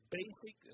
basic